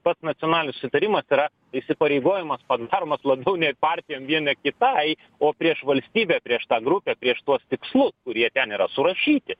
pats nacionalinis susitarimas yra įsipareigojimas padaromas labiau nei partijom viena kitai o prieš valstybę prieš tą grupę prieš tuos tikslus kurie ten yra surašyti